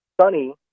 Sunny